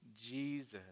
Jesus